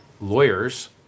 lawyers